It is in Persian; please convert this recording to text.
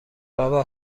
بابا